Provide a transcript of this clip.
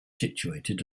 situated